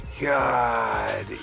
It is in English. god